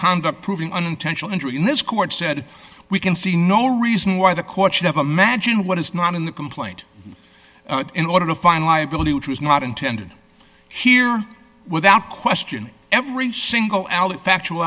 conduct proving unintentional injury in this court said we can see no reason why the courts have imagined what is not in the complaint in order to find liability which was not intended here without questioning every single allen factual